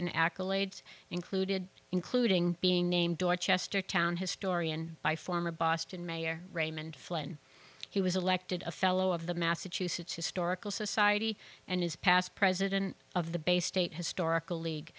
and accolades included including being named dorchester town historian by former boston mayor raymond flynn he was elected a fellow of the massachusetts historical society and his past president of the bay state historical league